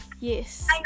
Yes